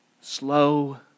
slow